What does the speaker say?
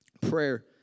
prayer